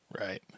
right